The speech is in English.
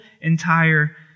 entire